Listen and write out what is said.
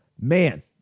Man